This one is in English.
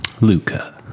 Luca